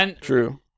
True